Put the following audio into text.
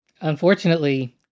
unfortunately